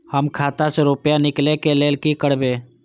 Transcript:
हम खाता से रुपया निकले के लेल की करबे?